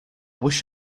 wish